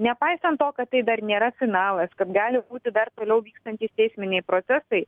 nepaisant to kad tai dar nėra finalas kad gali būti dar toliau vykstantys teisminiai procesai